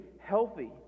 healthy